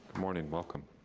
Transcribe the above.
morning, welcome.